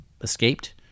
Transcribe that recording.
escaped